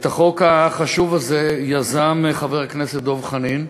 את החוק החשוב הזה יזם חבר הכנסת דב חנין.